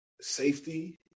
safety